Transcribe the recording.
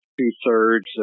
two-thirds